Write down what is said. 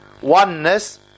oneness